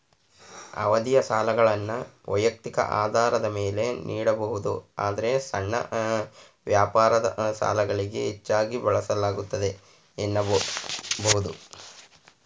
ಅವಧಿಯ ಸಾಲಗಳನ್ನ ವೈಯಕ್ತಿಕ ಆಧಾರದ ಮೇಲೆ ನೀಡಬಹುದು ಆದ್ರೆ ಸಣ್ಣ ವ್ಯಾಪಾರ ಸಾಲಗಳಿಗೆ ಹೆಚ್ಚಾಗಿ ಬಳಸಲಾಗುತ್ತೆ ಎನ್ನಬಹುದು